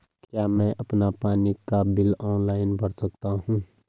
क्या मैं अपना पानी का बिल ऑनलाइन भर सकता हूँ?